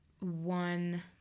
one –